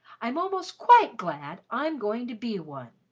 i'm almost quite glad i'm going to be one.